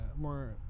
more